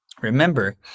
remember